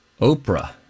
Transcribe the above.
Oprah